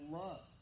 love